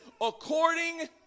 according